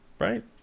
right